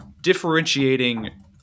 differentiating